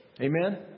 Amen